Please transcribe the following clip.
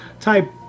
type